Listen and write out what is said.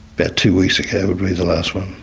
but two weeks ago would be the last one.